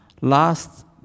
Last